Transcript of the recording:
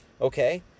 Okay